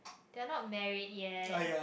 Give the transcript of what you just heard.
they are not married yet